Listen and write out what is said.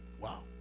Wow